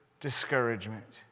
discouragement